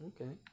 Okay